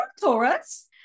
taurus